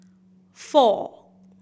four